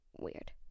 weird